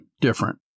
different